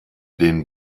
den